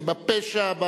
זה בפשע.